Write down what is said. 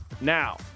now